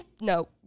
No